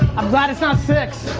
i'm glad it's not six.